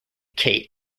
kate